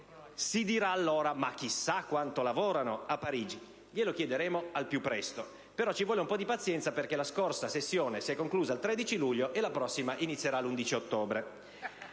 Si dirà, chissà quanto lavorano a Parigi! Glielo chiederemo al più presto; però ci vuole un po' di pazienza, perché la scorsa sessione si è chiusa il 13 luglio e la prossima inizierà l'11 ottobre!